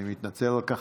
אני מתנצל על כך.